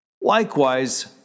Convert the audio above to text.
Likewise